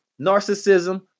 narcissism